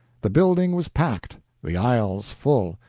the building was packed the aisles full.